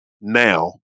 now